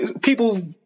people